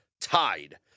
tied